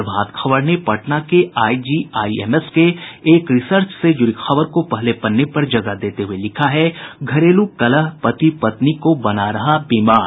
प्रभात खबर ने पटना के आईजीआईएमएस के एक रिसर्च से जुड़ी खबर को पहले पन्ने पर जगह देते हुये लिखा है घरेलू कलह पति पत्नी को बना रहा बीमार